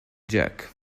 jack